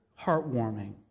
heartwarming